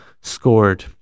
scored